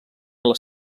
les